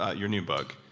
ah your new book,